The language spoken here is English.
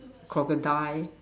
crocodile